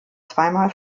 zweimal